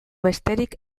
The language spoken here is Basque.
besterik